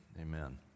amen